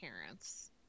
parents